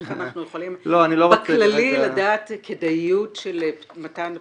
איך אנחנו יכולים בכללי לדעת כדאיות של מתן הפטור?